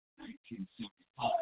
1975